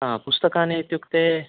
आम् पुस्तकानि इत्युक्ते